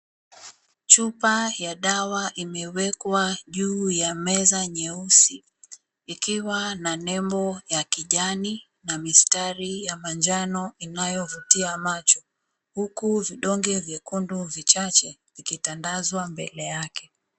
Chupa ya dawa imewekwa juu ya meza nyeusi ikiwa na nembo ya kijani na mistari ya manjano inayovutia macho. Huku vidonge vyekundu vichache vimetandazwa mbele yake